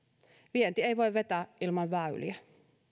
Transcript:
vienti ei voi vetää ilman väyliä